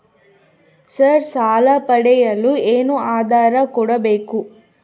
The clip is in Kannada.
ಸರ್ ಸಾಲ ಪಡೆಯಲು ಏನು ಆಧಾರ ಕೋಡಬೇಕು?